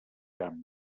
camp